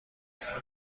میتوانم